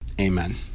Amen